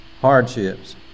hardships